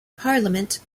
parliament